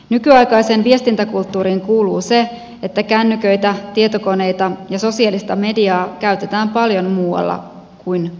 nykyaikaiseen viestintäkulttuuriin kuuluu se että kännyköitä tietokoneita ja sosiaalista mediaa käytetään paljon muualla kuin kotona